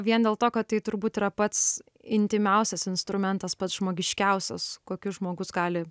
vien dėl to kad tai turbūt yra pats intymiausias instrumentas pats žmogiškiausias kokiu žmogus gali